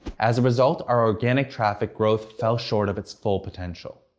as a result, our organic traffic growth fell short of its full potential.